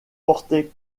portaient